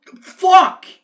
Fuck